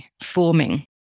forming